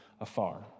afar